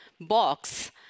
box